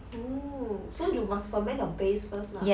oo so you must ferment your base first lah